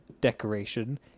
decoration